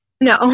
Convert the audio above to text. No